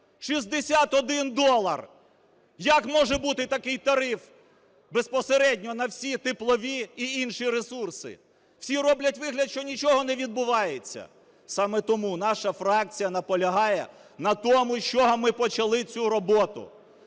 61 долар. Як може бути такий тариф безпосередньо на всі теплові і інші ресурси? Всі роблять вигляд, що нічого не відбувається. Саме тому наша фракція наполягає на тому, з чого ми почали цю роботу.